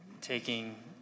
Taking